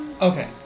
Okay